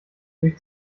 durch